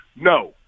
No